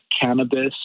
cannabis